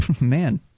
man